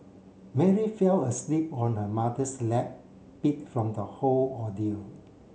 Mary fell asleep on her mother's lap beat from the whole ordeal